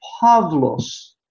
Pavlos